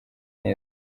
neza